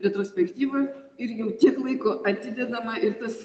retrospektyvą ir jau kiek laiko atidedama ir tas